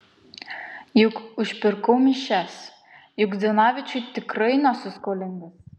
juk užpirkau mišias juk zdanavičiui tikrai nesu skolingas